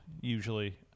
usually